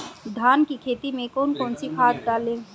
धान की खेती में कौन कौन सी खाद डालें?